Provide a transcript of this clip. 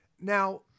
Now